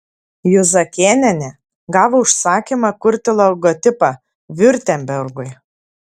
juzakėnienė gavo užsakymą kurti logotipą viurtembergui